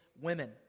women